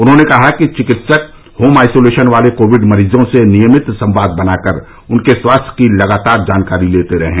उन्होंने कहा कि चिकित्सक होम आइसोलेशन वाले कोविड मरीजों से नियमित संवाद बनाकर उनके स्वास्थ्य की लगातार जानकारी लेते रहें